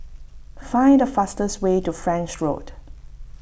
find the fastest way to French Road